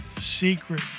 secret